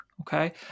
Okay